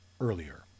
earlier